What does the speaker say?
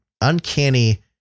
uncanny